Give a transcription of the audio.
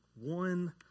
One